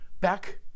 Back